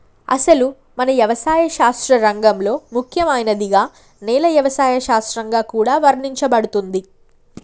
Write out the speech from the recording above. అసలు మన యవసాయ శాస్త్ర రంగంలో ముఖ్యమైనదిగా నేల యవసాయ శాస్త్రంగా కూడా వర్ణించబడుతుంది